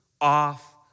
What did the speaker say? off